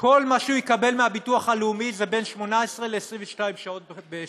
כל מה שהוא יקבל מהביטוח הלאומי זה בין 18 ל-22 שעות בשבוע.